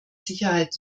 sicherheit